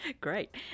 great